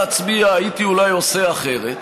הייתי אולי עושה אחרת,